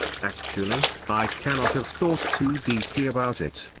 actually, i cannot have thought too deeply about it.